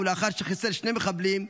ולאחר שחיסל שני מחבלים,